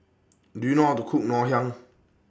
Do YOU know How to Cook Ngoh Hiang